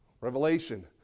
revelation